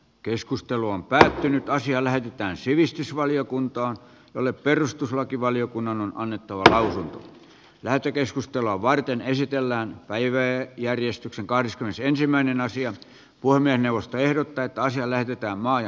keskustelu on päätynyt asia lähetetään sivistysvaliokuntaan jolle perustuslakivaliokunnan on nyt tavallaan lähetekeskustelua varten esitellään päivä ja järjestyksen kahdeskymmenesensimmäinen aasian puhemiesneuvosto ehdottaa että asia lähetetään maa ja metsätalousvaliokuntaan